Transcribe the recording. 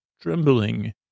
trembling